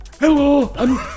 Hello